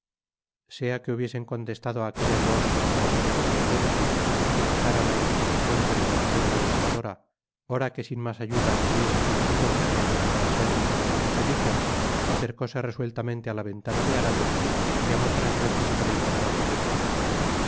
sea que hubiesen contestado á aquella tos con otra seña equivalente que fijara la irresolucion de la nocturna buscadora ora que sin mas ayuda hubiese conocido que habia llegado al término de su espedicion acercóse resueltamente á la ventana de aramis y llamó tres veces con intérvalos iguales